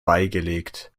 beigelegt